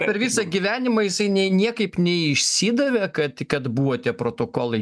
per visą gyvenimą jisai ne niekaip neišsidavė kad kad buvo tie protokolai